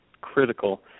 critical